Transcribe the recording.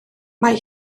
mae